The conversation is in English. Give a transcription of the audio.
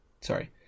sorry